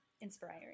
Inspiring